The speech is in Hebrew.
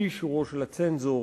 הצעות